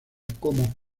como